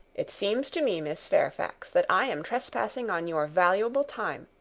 it seems to me, miss fairfax, that i am trespassing on your valuable time.